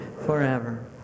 forever